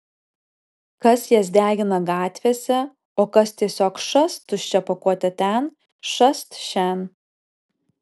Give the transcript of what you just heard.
kas jas degina gatvėse o kas tiesiog šast tuščią pakuotę ten šast šen